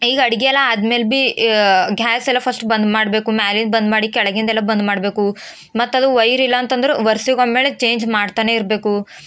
ಈಗ ಅಡುಗೆ ಎಲ್ಲ ಆದ್ಮೇಲೆ ಬಿ ಘ್ಯಾಸ್ ಎಲ್ಲ ಫಸ್ಟ್ ಬಂದ್ ಮಾಡಬೇಕು ಮೇಲಿಂದ ಬಂದ್ ಮಾಡಿ ಕೆಳಗಿಂದೆಲ್ಲ ಬಂದ್ ಮಾಡಬೇಕು ಮತ್ತದು ವೈರ್ ಇಲ್ಲಂತಂದ್ರೆ ವರ್ಷಕ್ಕೊಮ್ಮೆಲೆ ಚೇಂಜ್ ಮಾಡ್ತಲೇ ಇರಬೇಕು